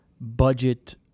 budget